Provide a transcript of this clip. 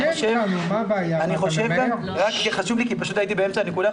הייתי באמצע הנקודה,